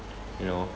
you know